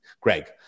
Greg